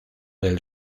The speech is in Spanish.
del